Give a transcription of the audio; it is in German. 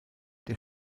der